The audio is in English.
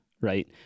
right